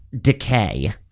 decay